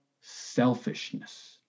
selfishness